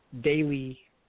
daily